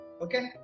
okay